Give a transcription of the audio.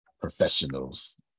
professionals